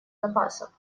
запасов